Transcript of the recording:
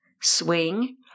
swing